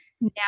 now